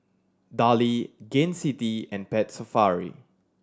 Darlie Gain City and Pet Safari